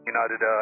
United